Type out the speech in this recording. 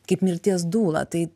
kaip mirties dūla tai